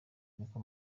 niko